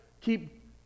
keep